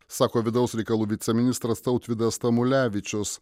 sako vidaus reikalų viceministras tautvydas tamulevičius